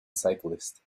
cyclist